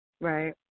Right